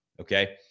okay